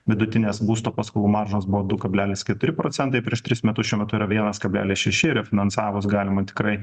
vidutinės būsto paskolų maržos buvo du kablelis keturi procentai prieš tris metus šiuo metu yra vienas kablelis šeši refinansavus galima tikrai